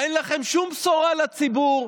אין לכם שום בשורה לציבור.